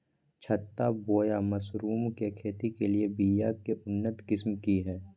छत्ता बोया मशरूम के खेती के लिए बिया के उन्नत किस्म की हैं?